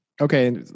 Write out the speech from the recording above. Okay